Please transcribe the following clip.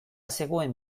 zegoen